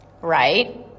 right